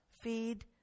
Feed